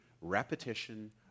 repetition